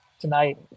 Tonight